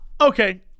Okay